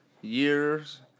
years